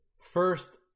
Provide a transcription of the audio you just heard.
First